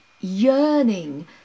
yearning